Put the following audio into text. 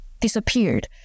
disappeared